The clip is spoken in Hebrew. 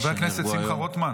חבר הכנסת שמחה רוטמן.